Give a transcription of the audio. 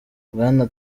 bwana